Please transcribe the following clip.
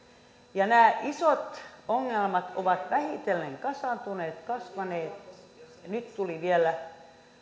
ole nämä isot ongelmat ovat vähitellen kasaantuneet kasvaneet ja nyt tuli vielä